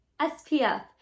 SPF